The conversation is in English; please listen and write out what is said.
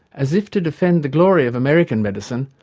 as if to defend the glory of american medicine,